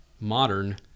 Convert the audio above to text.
modern